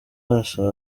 arasaba